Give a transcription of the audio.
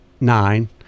nine